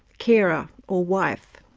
carer or wife.